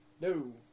No